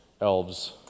elves